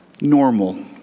normal